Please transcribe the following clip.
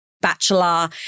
bachelor